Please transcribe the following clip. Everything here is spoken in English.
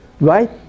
Right